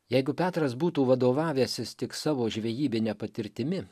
jeigu petras būtų vadovavęsis tik savo žvejybine patirtimi